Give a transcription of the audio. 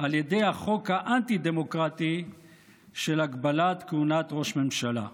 על ידי החוק האנטי-דמוקרטי של הגבלת כהונת ראש ממשלה.